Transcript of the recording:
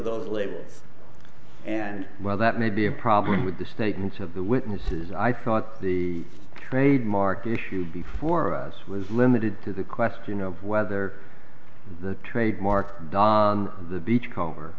those later and while that may be a problem with the statements of the witnesses i thought the trademark issue before us was limited to the question of whether the trademark don the beachco